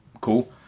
cool